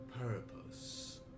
purpose